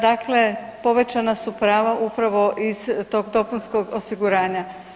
Dakle, povećana su prava upravo iz tog dopunskog osiguranja.